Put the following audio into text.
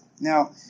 Now